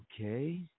Okay